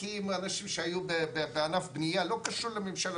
אנשים שהיו בענף הבנייה ללא קשר לממשלה